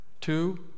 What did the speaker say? Two